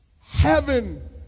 heaven